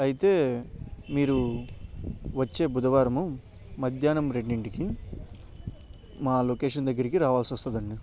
అయితే మీరు వచ్చే బుధవారము మధ్యాహ్నం రెండింటికి మా లొకేషన్ దగ్గరికి రావాల్సి వస్తుందండి